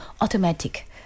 automatic